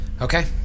Okay